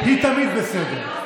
היא תמיד בסדר.